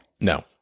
No